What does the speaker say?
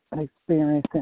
experiencing